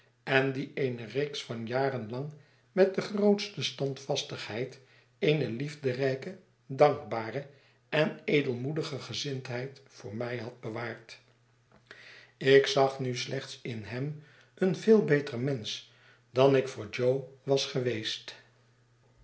en die eene reeks van jaren lang met de grootste stand vastigheid eene liefderijke dankbare en edelmoedige gezindheid voor mij had bewaard ik zag nu slechts in hem een veel beter mensch dan ik voor jo was geweest